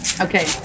Okay